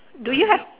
do you have